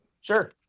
Sure